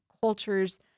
cultures